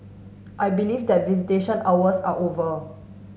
I believe that visitation hours are over